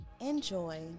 enjoy